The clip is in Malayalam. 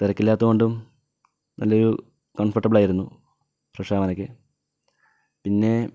തിരക്കില്ലാത്തതു കൊണ്ടും നല്ലൊരു കംഫർട്ടബിൾ ആയിരുന്നു ഫ്രഷ് ആകാനൊക്കെ പിന്നെ